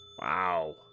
Wow